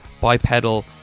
bipedal